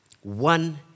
one